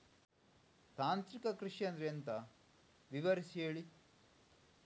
ತಾಂತ್ರಿಕ ಕೃಷಿ ಅಂದ್ರೆ ಎಂತ ವಿವರಿಸಿ ಹೇಳಿ